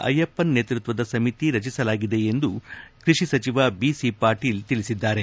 ಅಯ್ಲಪ್ಪನ್ ನೇತೃತ್ವದ ಸಮಿತಿ ರಚಿಸಲಾಗಿದೆ ಎಂದು ಕೃಷಿ ಸಚಿವ ಬಿಸಿ ಪಾಟೀಲ ಹೇಳಿದ್ದಾರೆ